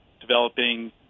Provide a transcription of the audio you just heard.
developing